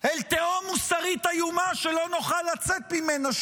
אל תהום מוסרית איומה שלא נוכל לצאת ממנה,